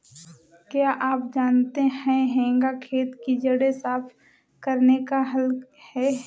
क्या आप जानते है हेंगा खेत की जड़ें साफ़ करने का हल है?